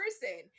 person